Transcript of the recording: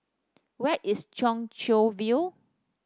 where is Chong Chian View